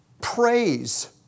praise